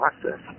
process